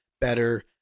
better